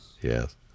Yes